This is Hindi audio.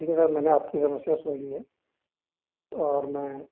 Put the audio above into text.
ठीक है सर मैंने आपकी समस्या सुन ली है और मैं